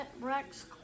Rex